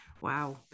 wow